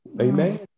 Amen